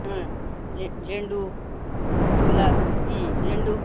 हा झे झेंडू गुलाब झेंडू